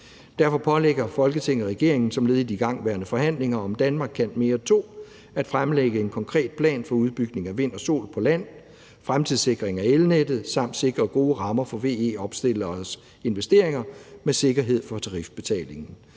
Derfor pålægger Folketinget regeringen som led i de igangværende forhandlinger om »Danmark kan mere II« at fremlægge en konkret plan for udbygning af vind og sol på land, fremtidssikre elnettet og sikre gode rammer for VE-opstilleres investeringer med sikkerhed for tarifbetalingen.